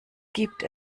gibt